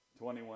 21